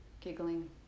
giggling